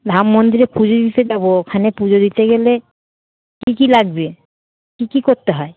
ধাম মন্দিরে পুজো দিতে যাবো ওখানে পুজো দিতে গেলে কী কী লাগবে কী কী করতে হয়